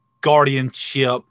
guardianship